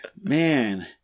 Man